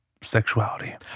sexuality